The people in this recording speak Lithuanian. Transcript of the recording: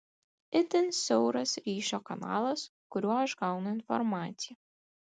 itin siauras ryšio kanalas kuriuo aš gaunu informaciją